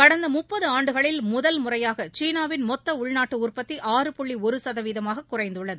கடந்த முப்பது ஆண்டுகளில் முதல் முறையாக சீனாவின் மொத்த உள்நாட்டு உற்பத்தி ஆறு புள்ளி ஒரு சதவீதமாக குறைந்துள்ளது